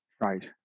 Right